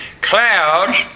Clouds